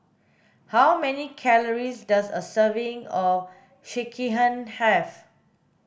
how many calories does a serving of Sekihan have